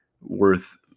worth